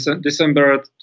December